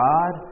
God